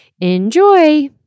enjoy